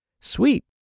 sweet